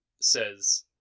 says